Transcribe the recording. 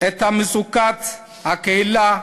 את מצוקת הקהילה